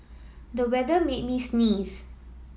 the weather made me sneeze